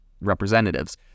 representatives